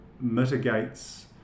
mitigates